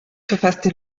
verfasste